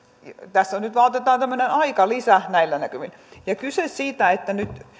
tässä nyt vain otetaan tämmöinen aikalisä näillä näkymin kysymys siitä että nyt